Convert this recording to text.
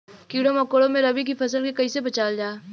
कीड़ों मकोड़ों से रबी की फसल के कइसे बचावल जा?